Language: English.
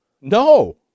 No